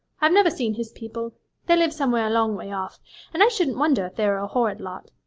i've never seen his people they live somewhere a long way off and i shouldn't wonder if they are a horrid lot.